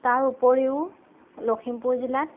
তাৰ উপৰিও লখিমপুৰ জিলাত